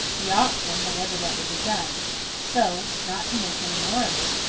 the auction had evidently begun so, not to miss any more of it,